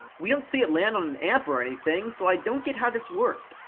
we don't see it land on an amp or anything, so i don't get how this worked.